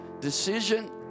decision